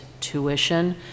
tuition